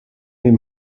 dem